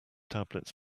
tablets